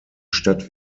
stadt